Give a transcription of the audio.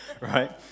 right